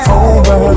over